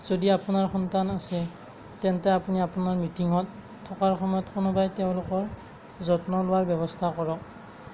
যদি আপোনাৰ সন্তান আছে তেন্তে আপুনি আপোনাৰ মিটিংত থকাৰ সময়ত কোনোবাই তেওঁলোকৰ যত্ন লোৱাৰ ব্যৱস্থা কৰক